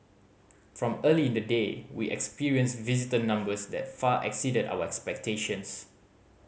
from early in the day we experienced visitor numbers that far exceeded our expectations